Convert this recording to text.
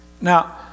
Now